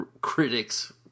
critics